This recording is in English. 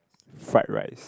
fried rice